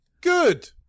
Good